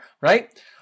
right